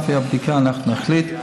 ולפי הבדיקה אנחנו נחליט.